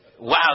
Wow